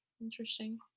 Interesting